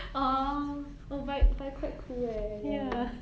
orh oh but but quite cool eh ya